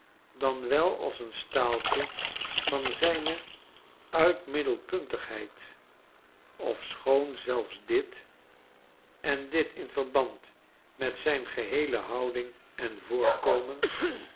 aangehaald danwel als een staaltje van zyne uitmiddelpuntigheid ofschoon zelfs dit en in verband met zijne geheele houding en voorkomen